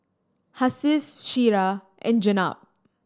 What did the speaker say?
Hasif Syirah and Jenab